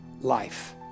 life